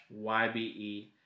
YBE